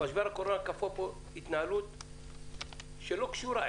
משבר הקורונה כפה פה התנהלות שלא קשורה,